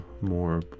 more